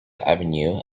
avenue